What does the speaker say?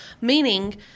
meaning